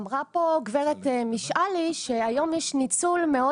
אמרה פה גברת משעלי שהיום יש ניצול מאוד